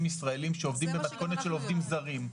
ישראלים שעובדים במתכונת של עובדים זרים,